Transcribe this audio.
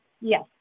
Yes